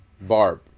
Barb